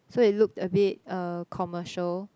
so it looked a bit uh commercial